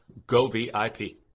govip